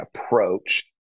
approach